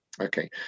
Okay